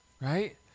right